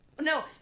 No